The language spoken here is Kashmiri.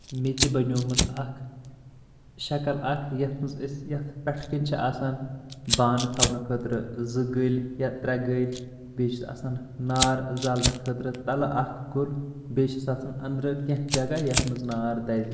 میژِ بنیومُت اکھ شکل اکھ یتھ منٛز أسۍ یتھ پٮ۪ٹھہٕ کنۍ چھِ آسان بانہٕ تھونہٕ خٲطرٕ زٕ گٔلۍ یا ترٛےٚ گٔلۍ بییٚہِ چھُس آسان نار زالنہٕ خٲطرٕ تلہٕ اکھ گوٚل بییٚہِ چھس آسان أندرٕ کینٛہہ جگہ یتھ منٛز نار دزِ